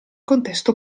contesto